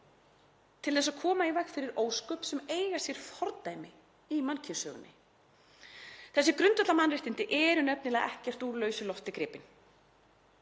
til að koma í veg fyrir ósköp sem eiga sér fordæmi í mannkynssögunni. Þessi grundvallarmannréttindi eru nefnilega ekkert úr lausu lofti gripin.